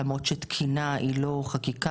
למרות שתקינה היא לא חקיקה,